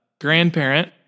grandparent